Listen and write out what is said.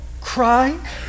cry